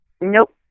Nope